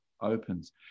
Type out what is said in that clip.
opens